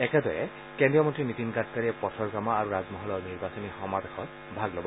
একেদৰে কেন্দ্ৰীয় মন্নী নীতিন গাডকাৰীয়ে পথৰগামা আৰু ৰাজমহলৰ নিৰ্বাচনী সমাৱেশত ভাগ ল'ব